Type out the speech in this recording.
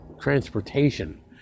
transportation